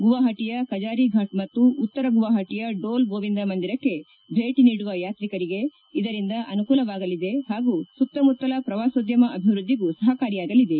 ಗುವಾಹಟಿಯ ಕಜಾರಿಫಾಟ್ ಮತ್ತು ಉತ್ತರ ಗುವಾಹಟಿಯ ಡೋಲ್ ಗೋವಿಂದ ಮಂದಿರಕ್ಷೆ ಭೇಟಿ ನೀಡುವ ಯಾತ್ರಿಕರಿಗೆ ಇದರಿಂದ ಅನುಕೂಲವಾಗಲಿದೆ ಹಾಗೂ ಸುತ್ತಮುತ್ತಲ ಪ್ರವಾಸೋದ್ಧಮ ಅಭಿವೃದ್ಧಿಗೂ ಸಹಕಾರಿಯಾಗಲಿದೆ